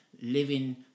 living